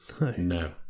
No